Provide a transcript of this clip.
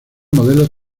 modelos